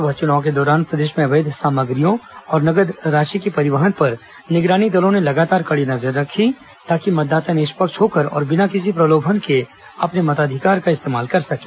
लोकसभा चुनाव के दौरान प्रदेश में अवैध सामग्रियों और नगद राशि के परिवहन पर निगरानी दलों ने लगातार कड़ी नजर रखी ताकि मतदाता निष्पक्ष होकर और किसी प्रलोभन के बिना अपने मताधिकार का इस्तेमाल कर सकें